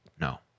no